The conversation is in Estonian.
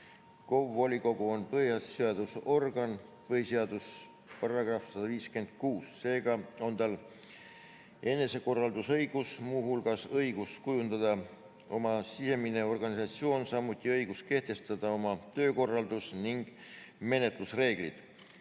volikogu on põhiseadusorgan (põhiseaduse § 156). Seega on tal enesekorraldusõigus, mh õigus kujundada oma sisemine organisatsioon, samuti õigus kehtestada oma töökorraldus- ning menetlusreeglid.